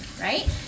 right